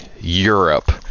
Europe